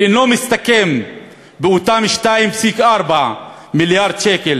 ואינו מסתכם באותם 2.4 מיליארד שקל